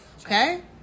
Okay